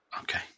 Okay